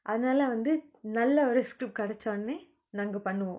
அதனால வந்து நல்ல ஒரு:athanala vanthu nalla oru script கெடச்சோணே நாங்க பன்னுவோ:kedachone nanga pannuvo